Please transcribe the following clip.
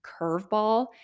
curveball